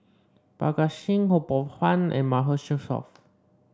Parga Singh Ho Poh Fun and Mahmood Yusof